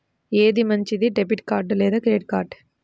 ఏది మంచిది, debit card లేదా క్రెడిట్ కార్డ్?